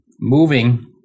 moving